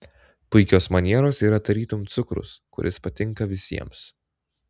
puikios manieros yra tarytum cukrus kuris patinka visiems